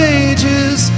ages